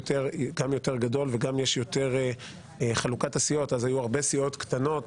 אז היו הרבה סיעות קטנות,